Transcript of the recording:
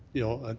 know,